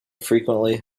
frequently